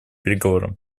переговорам